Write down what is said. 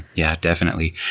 yeah, definitely.